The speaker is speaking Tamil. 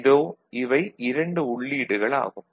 இதோ இவை இரண்டு உள்ளீடுகள் ஆகும்